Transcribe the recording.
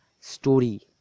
story